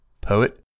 poet